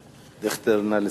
הכנסת דיכטר, נא לסיים.